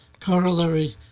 corollary